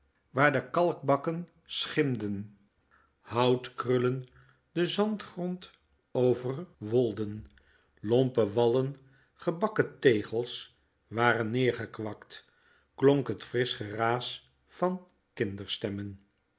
waar de kalkbakken schimden houtkrullen den zandgrond overwolden lompe wallen gebakken tegels waren neergekwakt klonk het frisch geraas van kinderstemmen